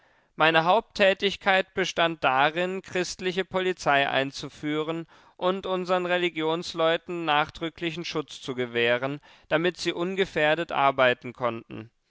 meine haupttätigkeit bestand darin christliche polizei einzuführen und unsern religionsleuten nachdrücklichen schutz zu gewähren damit sie ungefährdet arbeiten konnten